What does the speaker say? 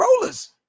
rollers